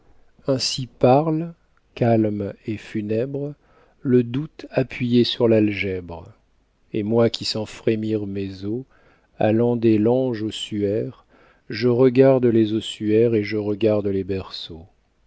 ainsi parle calme et funèbre le doute appuyé sur l'algèbre et moi qui sens frémir mes os allant des langes aux suaires je regarde les ossuaires et je regarde les berceaux